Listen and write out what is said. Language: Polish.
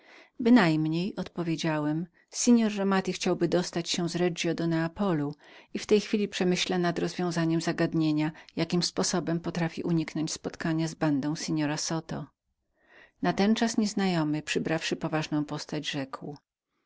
bynajmniej odpowiedziałem pan romati chciałby dostać się z regio do neapolu i w tej chwili przemyśla nad rozwiązaniem zagadnienia jakim sposobem potrafi ujść spotkaniu się z bandą pana zoto natenczas nieznajomy przybrawszy poważną postać rzekł